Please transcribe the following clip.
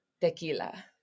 Tequila